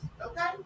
Okay